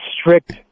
strict